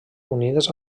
unides